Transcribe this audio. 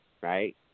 right